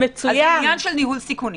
אז זה עניין של ניהול סיכונים.